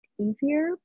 easier